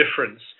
difference